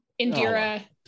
Indira